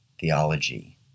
theology